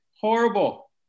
horrible